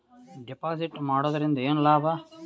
Deposit ಮಾಡುದರಿಂದ ಏನು ಲಾಭ?